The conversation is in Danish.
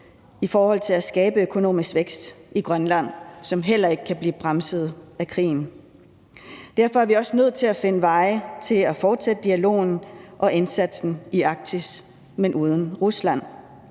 i forhold til at skabe en økonomisk vækst i Grønland, som heller ikke kan blive bremset af krigen. Derfor er vi også nødt til at finde veje til at fortsætte dialogen og indsatsen i Arktis, men uden Rusland.